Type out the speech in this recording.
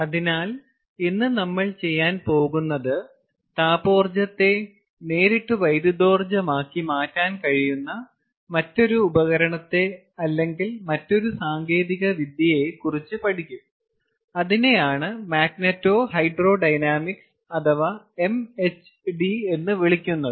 അതിനാൽ ഇന്ന് നമ്മൾ ചെയ്യാൻ പോകുന്നത് താപോർജ്ജത്തെ നേരിട്ട് വൈദ്യുതോർജ്ജമാക്കി മാറ്റാൻ കഴിയുന്ന മറ്റൊരു ഉപകരണത്തെ അല്ലെങ്കിൽ മറ്റൊരു സാങ്കേതിക വിദ്യയെ കുറിച്ച് പഠിക്കും അതിനെയാണ് മാഗ്നെറ്റോ ഹൈഡ്രോ ഡൈനാമിക്സ് അല്ലെങ്കിൽ MHD എന്ന് വിളിക്കുന്നത്